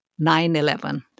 9-11